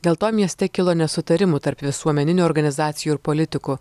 dėl to mieste kilo nesutarimų tarp visuomeninių organizacijų ir politikų